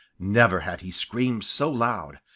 never had he screamed so loud,